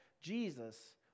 Jesus